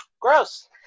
gross